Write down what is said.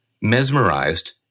Mesmerized